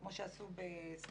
כמו שעשו בסלובניה,